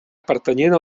pertanyent